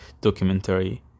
Documentary